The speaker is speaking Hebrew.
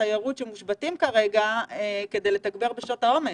והתיירות שמושבתים כרגע כדי לתגבר בשעות העומס.